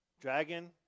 Dragon